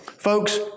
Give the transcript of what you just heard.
Folks